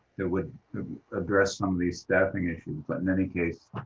that would address some of these staffing issues, but in any case,